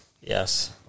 Yes